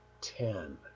Ten